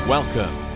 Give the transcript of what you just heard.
Welcome